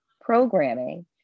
programming